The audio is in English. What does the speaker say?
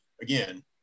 again